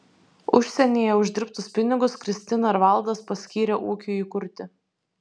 užsienyje uždirbtus pinigus kristina ir valdas paskyrė ūkiui įkurti